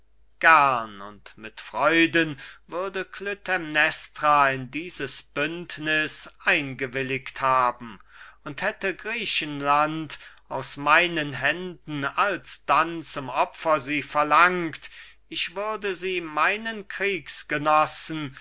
und mit freuden würde klytämnestra in dieses bündniß eingewilligt haben und hätte griechenland aus meinen händen alsdann zum opfer sie verlangt ich würde sie meinen